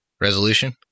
resolution